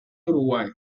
uruguay